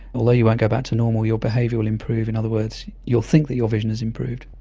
although you won't go back to normal, your behaviour will improve. in other words, you will think that your vision has improved.